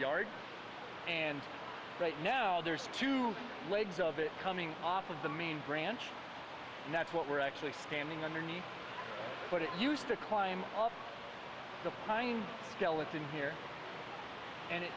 yard and right now there's two legs of it coming off of the main branch and that's what we're actually scanning underneath but it used to climb up the pine scale it's in here and